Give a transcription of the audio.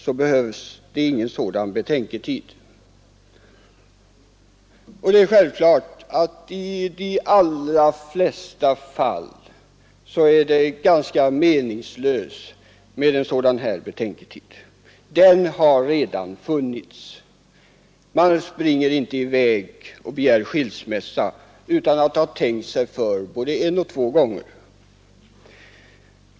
I de allra flesta fall är det självfallet ganska meningslöst med en sådan här betänketid. Den har redan funnits. Man springer inte i väg och begär skilsmässa utan att ha tänkt sig för både en och två gånger.